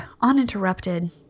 uninterrupted